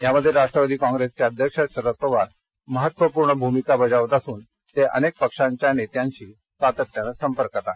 यामध्ये राष्ट्रवादी काँग्रेसचे अध्यक्ष शरद पवार महत्त्वपूर्ण भूमिका बजावत असून ते अनेक पक्षांच्या नेत्यांशी सातत्यान संपर्कात आहेत